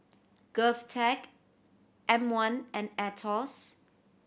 GovTech M One and Aetos